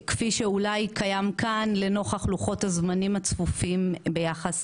כפי שאולי קיים כאן לנוכח לוחות הזמנים הצפופים ביחס